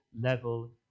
level